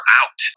out